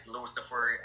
Lucifer